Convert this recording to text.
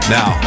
Now